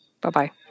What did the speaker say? Bye-bye